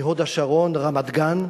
מהוד-השרון, רמת-גן,